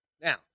Now